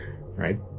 right